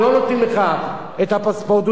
ולא נותנים לך את הפספורט.